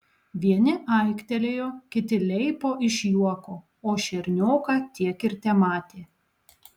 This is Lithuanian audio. vieni aiktelėjo kiti leipo iš juoko o šernioką tiek ir tematė